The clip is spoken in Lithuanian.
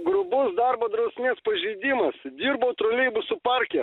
grubus darbo drausmės pažeidimas dirbau troleibusų parke